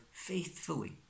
faithfully